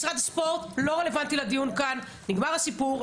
משרד הספורט לא רלוונטי לדיון כאן, נגמר הסיפור.